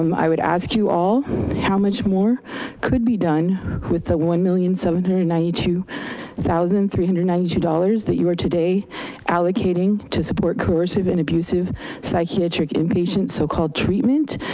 um i would ask you all how much more could be done with the one million seven hundred and ninety two thousand three hundred and ninety two dollars that you were today allocating to support coercive and abusive psychiatric inpatient so-called treatment.